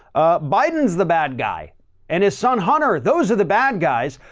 biden's the bad guy and his son hunter, those are the bad guys.